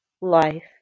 life